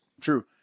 true